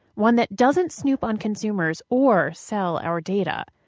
one that doesn't snoop on consumers or sell our data.